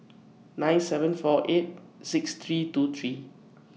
nine seven four eight six three two three